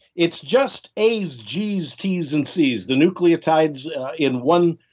it's just a's, g's, t's, and c's, the nucleotides in one,